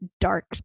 dark